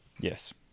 Yes